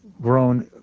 grown